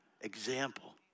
example